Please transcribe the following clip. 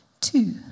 two